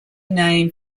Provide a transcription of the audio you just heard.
name